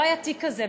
לא היה תיק כזה.